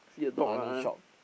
honey shop